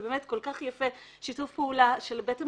זה באמת כל כך יפה שיתוף פעולה של בית המחוקקים,